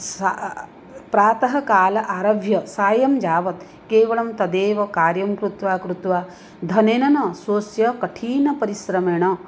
सः प्रातःकाले आरभ्य सायं यावत् केवलं तदेव कार्यं कृत्वा कृत्वा धनेन न स्वस्य कठिनपरिश्रमेण